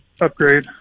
Upgrade